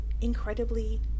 incredibly